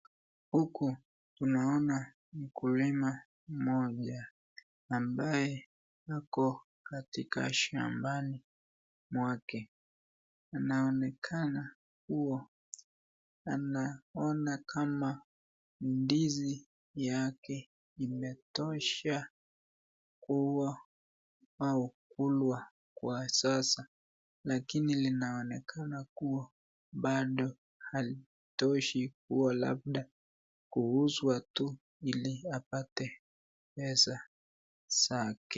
Huku tunaona mkulima moja, ambaye ako katika shambani mwake, anaonekana kuwa anaoana kama ndizi yake imetosha kuwa au kukulwa kwa sasa, lakini linaonekana kuwa bado halitoshi kuwa labda kuuzwa tu ili apate pesa zake.